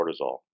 cortisol